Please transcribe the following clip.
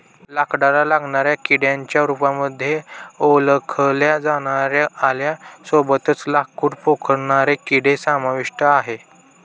लाकडाला लागणाऱ्या किड्यांच्या रूपामध्ये ओळखल्या जाणाऱ्या आळ्यां सोबतच लाकूड पोखरणारे किडे समाविष्ट आहे